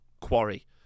quarry